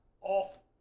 off